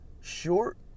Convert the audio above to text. short